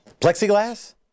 Plexiglass